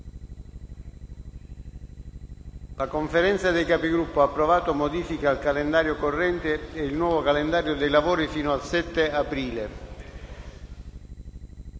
La Conferenza dei Capigruppo ha approvato modifiche al calendario corrente e il nuovo calendario dei lavori fino al 7 aprile.